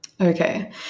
Okay